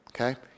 Okay